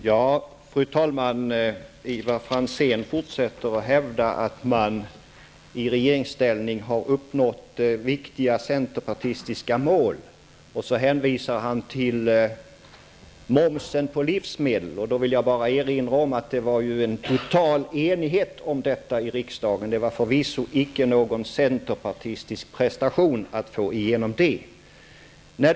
Fru talman! Ivar Franzén fortsätter att hävda att man i regeringsställning har uppnått viktiga centerpartistiska mål, och så hänvisar han till momsen på livsmedel. Då vill jag bara erinra om att det ju var total enighet om detta i riksdagen. Det var förvisso icke någon centerpartistisk prestation att få igenom detta.